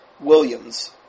Williams